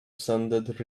sounded